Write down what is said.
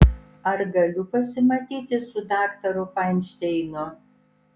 ar galiu pasimatyti su daktaru fainšteinu